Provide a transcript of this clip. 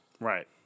Right